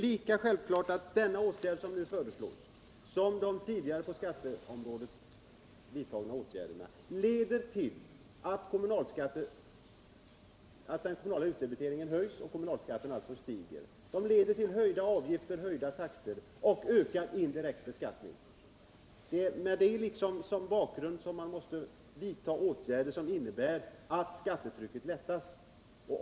Lika självklart är att de åtgärder som nu föreslås i betänkandet liksom de åtgärder som tidigare företagits på skatteområdet leder till att den kommunala utdebiteringen höjs och att kommunalskatten stiger. Det leder till höjda taxor och ökad indirekt beskattning. Det är mot den bakgrunden viktigt att man i stället vidtar åtgärder som leder till att skattetrycket lättar.